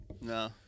No